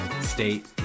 State